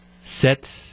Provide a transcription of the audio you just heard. set